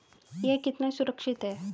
यह कितना सुरक्षित है?